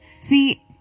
See